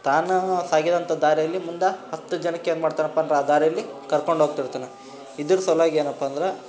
ತಾನು ಸಾಗಿದಂಥ ದಾರಿಯಲ್ಲಿ ಮುಂದೆ ಹತ್ತು ಜನಕ್ಕೆ ಏನುಮಾಡ್ತಾನಪ್ಪ ಅಂದ್ರೆ ಆ ದಾರಿಲ್ಲಿ ಕರ್ಕೊಂಡೋಗ್ತಿರ್ತಾನೆ ಇದ್ರ ಸಲುವಾಗೇನಪ್ಪ ಅಂದ್ರೆ